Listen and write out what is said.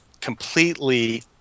completely